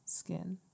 skin